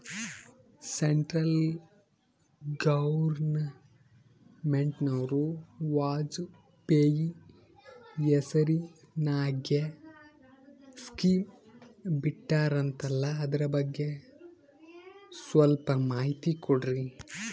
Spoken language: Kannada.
ಸೆಂಟ್ರಲ್ ಗವರ್ನಮೆಂಟನವರು ವಾಜಪೇಯಿ ಹೇಸಿರಿನಾಗ್ಯಾ ಸ್ಕಿಮ್ ಬಿಟ್ಟಾರಂತಲ್ಲ ಅದರ ಬಗ್ಗೆ ಸ್ವಲ್ಪ ಮಾಹಿತಿ ಕೊಡ್ರಿ?